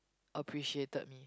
appreciated me